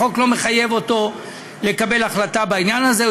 החוק לא מחייב אותו לקבל החלטה בעניין הזה.